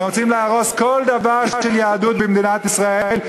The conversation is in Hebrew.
והם רוצים להרוס כל דבר של יהדות במדינת ישראל,